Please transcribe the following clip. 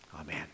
Amen